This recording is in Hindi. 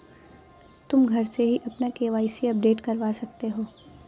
तुम घर से ही अपना के.वाई.सी अपडेट करवा सकते हो